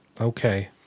Okay